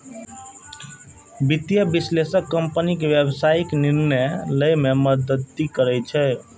वित्तीय विश्लेषक कंपनी के व्यावसायिक निर्णय लए मे मदति करै छै